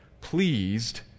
pleased